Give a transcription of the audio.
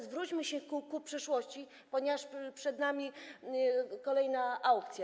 Zwróćmy się jednak ku przyszłości, ponieważ przed nami kolejna aukcja.